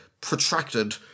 protracted